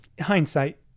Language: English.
Hindsight